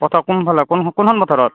পথাৰ কোনফালে কোন কোনখন পথাৰত